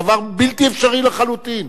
הדבר הוא בלתי אפשרי לחלוטין.